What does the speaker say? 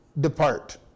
depart